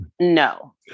No